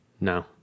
No